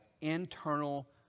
internal